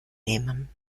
nehmen